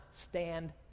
stand